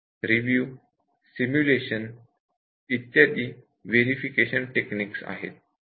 review simulation इत्यादी verification techniques आहेत